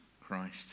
Christ